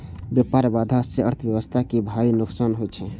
व्यापार बाधा सं अर्थव्यवस्था कें भारी नुकसान होइ छै